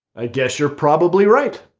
i guess you're probably right.